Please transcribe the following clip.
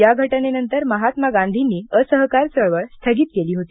या घटनेनंतर महात्मा गांधींनी असहकार चळवळ स्थगित केली होती